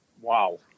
Wow